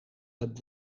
hebben